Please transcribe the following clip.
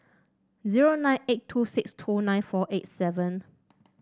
zero nine eight two six two nine four eight seven